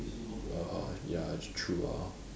orh ya true ah